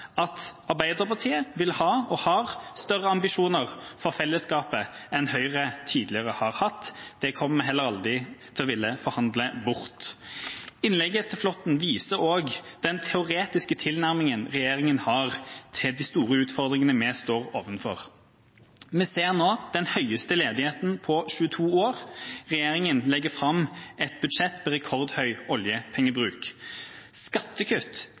at Arbeiderpartiet vil ha – og har – større ambisjoner for fellesskapet enn Høyre tidligere har hatt, og det kommer vi heller aldri til å ville forhandle bort. Innlegget til representanten Flåtten viser også den teoretiske tilnærminga regjeringa har til de store utfordringene vi står overfor. Vi ser nå den høyeste ledigheten på 22 år. Regjeringa legger fram et budsjett med rekordhøy oljepengebruk. Skattekutt